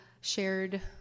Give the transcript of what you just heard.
shared